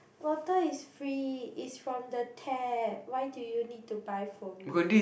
water is free is from the tap why do you need to buy for me